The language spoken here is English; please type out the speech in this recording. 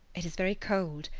it is very cold,